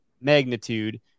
magnitude